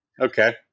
Okay